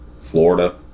Florida